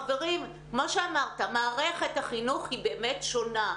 חברים, כמו שאמרת, מערכת החינוך היא באמת שונה.